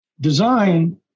design